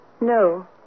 No